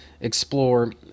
explore